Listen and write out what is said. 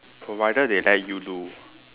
provided they let you do